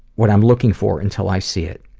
what i'm looking for until i see it.